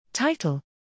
Title